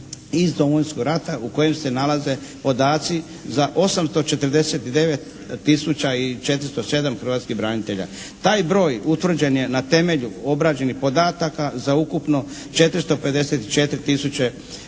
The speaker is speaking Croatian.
iz Domovinskog rata u kojem se nalaze podaci za 849 tisuća i 407 hrvatskih branitelja. Taj broj utvrđen je na temelju obrađenih podataka za ukupno 454174 osobe